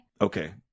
Okay